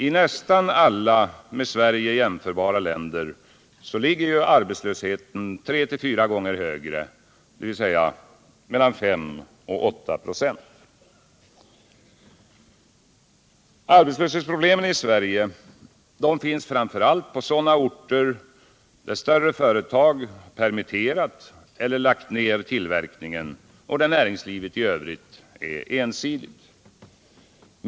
I nästan alla med Sverige jämförbara länder ligger arbetslösheten tre till fyra gånger högre, dvs. mellan 5 och 8 96. Arbetslöshetsproblemen i Sverige finns framför allt på sådana orter där större företag permitterat eller lagt ner tillverkningen och näringslivet i övrigt är ensidigt.